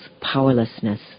Powerlessness